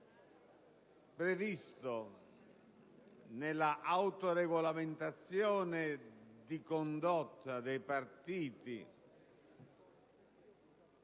previsto, nell'autoregolamentazione di condotta dei partiti